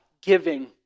Giving